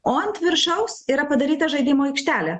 o ant viršaus yra padaryta žaidimų aikštelė